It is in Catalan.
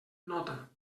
nota